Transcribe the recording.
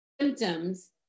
symptoms